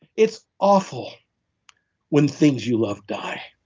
it's awful when things you love die.